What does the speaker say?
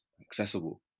accessible